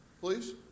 Please